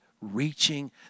Reaching